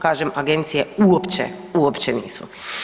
Kažem agencije uopće, uopće nisu.